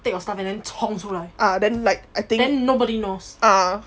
take your stuff and then 冲出来 then nobody knows